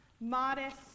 modest